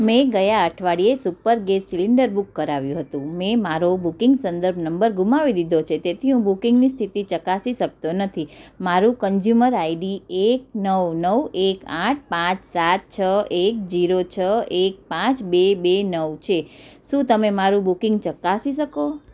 મેં ગયા અઠવાડિયે સુપર ગેસ સિલિન્ડર બુક કરાવ્યું હતું મેં મારો બુકિંગ સંદર્ભ નંબર ગુમાવી દીધો છે તેથી હું બુકિંગની સ્થિતિ ચકાસી શકતો નથી મારું કન્ઝ્યુમર આઈડી એક નવ નવ એક આઠ પાંચ સાત છ એક જીરો છ એક પાંચ બે બે નવ છે શું તમે મારું બુકિંગ ચકાસી શકો